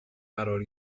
قرار